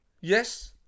yes